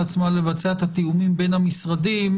עצמה לבצע את התיאומים בין המשרדים,